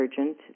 urgent